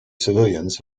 civilians